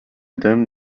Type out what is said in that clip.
them